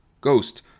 Ghost